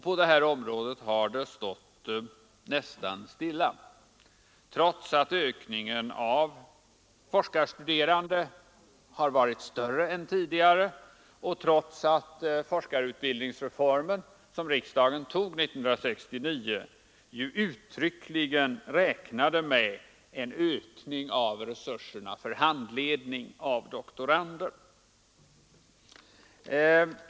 På det här området har det stått nästan stilla, trots att ökningen av forskarstuderande har varit större än tidigare och trots att forskarutbildningsreformen, som riksdagen fattade beslut om 1969, ju uttryckligen innebar att man räknade med en ökning av resurserna för handledning av doktorander.